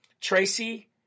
Tracy